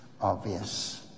obvious